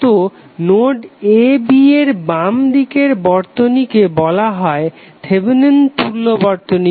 তো node a b এর বাম দিকের বর্তনীকে বলা হয় থেভেনিন তুল্য বর্তনী